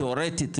תאורטית,